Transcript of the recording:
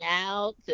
out